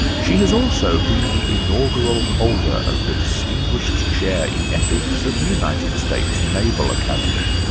she has also been the inaugural holder of the distinguished chair in ethics at the united states naval academy,